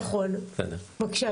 בבקשה.